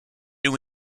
new